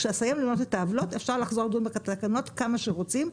כשאסיים למנות את העוולות אפשר לחזור לדון בתקנות כמה שרוצים,